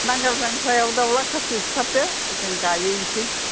नांगाल जांख्रायाव दाउला खासि सिथारदो जों गाइहैनोसै